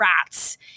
rats